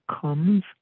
comes